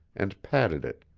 and patted it,